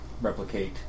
replicate